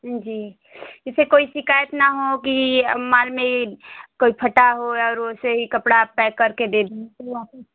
जी इससे कोई शिकायत ना होगी अब माल में कोई फटा हो या रोल से ही कपड़ा पैक करके दे